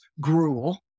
gruel